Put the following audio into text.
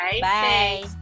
Bye